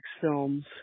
films